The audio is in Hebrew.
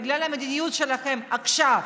בגלל המדיניות שלכם עכשיו,